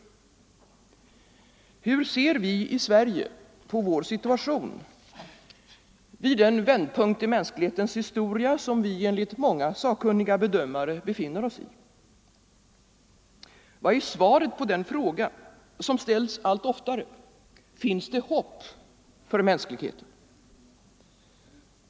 Hur ser vi i Sverige på vår situation vid den vändpunkt i mänsklighetens historia som vi enligt många sakkunniga bedömare befinner oss vid? Vad är svaret på den fråga som ställs allt oftare: Finns det hopp för mänskligheten?